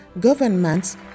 governments